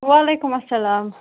وعلیکم اسلام